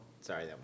Sorry